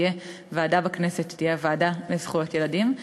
שתהיה ועדה בכנסת שתהיה הוועדה לזכויות ילדים.